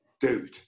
dude